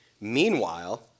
Meanwhile